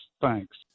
thanks